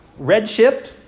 redshift